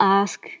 ask